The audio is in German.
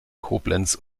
koblenz